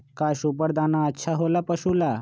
का सुपर दाना अच्छा हो ला पशु ला?